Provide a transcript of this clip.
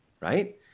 right